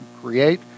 create